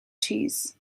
cheese